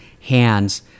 hands –